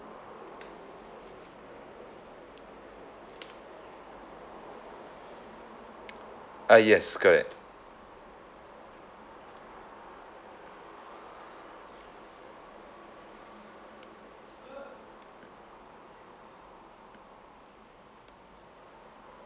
ah yes correct